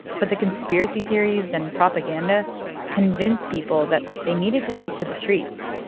but the conspiracy theories and propaganda convinced people that they needed to take to the streets.